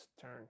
turn